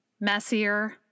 messier